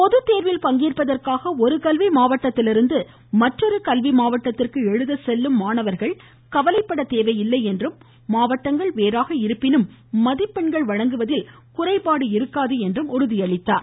பொதுத்தேர்வில் பங்கேற்பதற்காக ஒரு கல்வி மாவட்டத்திலிருந்து மற்றொரு கல்வி மாவட்டத்திந்கு எழுத செல்லும் மாணவர்கள் கவலைப்பட தேவையில்லை என்றும் மாவட்டங்கள் வேறாக இருப்பினும் மதிப்பெண்கள் வழங்குவதில் குறைபாடு இருக்காது என்று குறிப்பிட்டார்